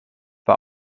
war